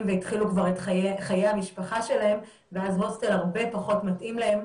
והתחילו כבר את חיי המשפחה שלהם ואז הוסטל הרבה פחות מתאים להם